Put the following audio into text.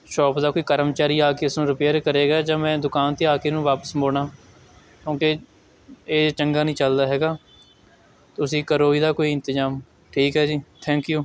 shop ਦਾ ਕੋਈ ਕਰਮਚਾਰੀ ਆ ਕੇ ਇਸ ਨੂੰ ਰਿਪੇਅਰ ਕਰੇਗਾ ਜਾਂ ਮੈਂ ਦੁਕਾਨ 'ਤੇ ਆ ਕੇ ਇਹਨੂੰ ਵਾਪਸ ਮੋੜਾਂ ਕਿਉਂਕਿ ਇਹ ਚੰਗਾ ਨਹੀਂ ਚੱਲਦਾ ਹੈਗਾ ਤੁਸੀਂ ਕਰੋ ਇਹਦਾ ਕੋਈ ਇੰਤਜ਼ਾਮ ਠੀਕ ਹੈ ਜੀ ਥੈਂਕ ਯੂ